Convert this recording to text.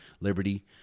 Liberty